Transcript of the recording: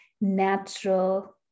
natural